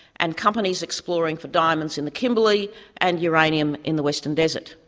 and companies exploring for diamonds in the kimberley and uranium in the western desert.